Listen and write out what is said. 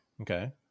okay